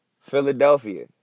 Philadelphia